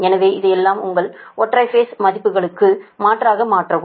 எனவே இதையெல்லாம் உங்கள் ஒற்றை பேஸ் மதிப்புகளுக்கும் மாற்றாக மாற்றவும்